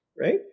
right